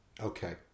Okay